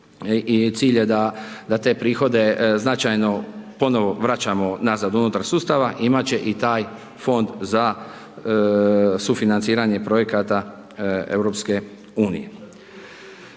cilj je da te prihode značajno ponovo vraćamo nazad unutar sustava imati će i taj Fond za sufinanciranje projekata EU.